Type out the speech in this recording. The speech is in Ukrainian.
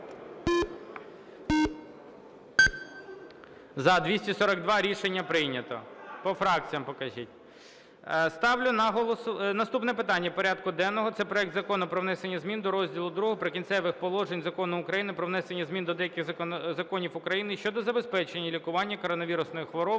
За-242 Рішення прийнято. Про фракціям покажіть. Наступне питання порядку денного - це проект Закону про внесення змін до розділу ІІ "Прикінцевих положень" Закону України "Про внесення змін до деяких законів України щодо забезпечення лікування коронавірусної хвороби